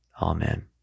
Amen